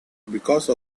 because